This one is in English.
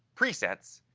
presets,